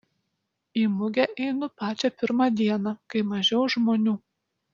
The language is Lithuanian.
į mugę einu pačią pirmą dieną kai mažiau žmonių